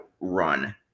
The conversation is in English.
run